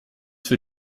für